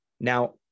Now